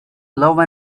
love